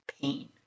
pain